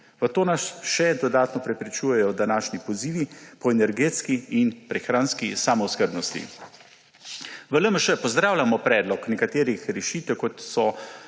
V to nas še dodatno prepričujejo današnji pozivi po energetski in prehranski samooskrbnosti. V LMŠ pozdravljamo predlog nekaterih rešitev, kot je